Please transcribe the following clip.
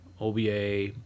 OBA